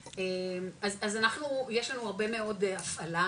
אז אנחנו יש לנו הרבה מאוד הפעלה,